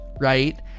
right